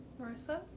Marissa